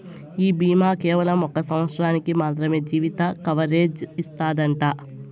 ఈ బీమా కేవలం ఒక సంవత్సరానికి మాత్రమే జీవిత కవరేజ్ ఇస్తాదట